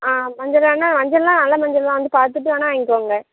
ஆ மஞ்சள் தானே மஞ்சளெலாம் நல்ல மஞ்சள் தான் வந்து பார்த்துட்டு வேணுணா வாங்கிக்கோங்க